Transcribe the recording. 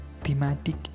thematic